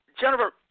Jennifer